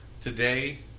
Today